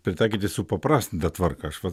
pritaikyti supaprastintą tvarką aš vat